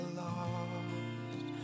lost